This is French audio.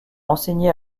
enseigné